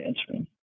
answering